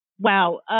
wow